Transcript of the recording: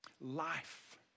life